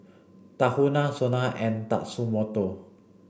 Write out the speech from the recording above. Tahuna SONA and Tatsumoto